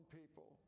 people